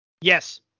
Yes